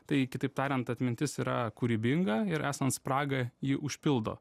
tai kitaip tariant atmintis yra kūrybinga ir esant spragą ji užpildo